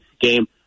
game